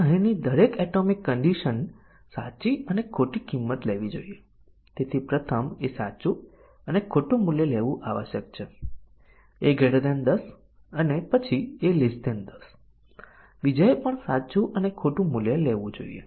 તેથી વેરિયેબલ વચ્ચેના આધારને કારણે કન્ડિશન ના કેટલાક કોમ્બાઈનેશન બિલકુલ શક્ય ન હોવા છતાં અમારા કવરેજને કેટલાક કન્ડિશન ના મૂલ્યોને સેટ કરવાની જરૂર પડી શકે છે તે મૂલ્યો સેટ કરવું શક્ય નથી